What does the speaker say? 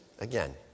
again